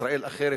ישראל אחרת,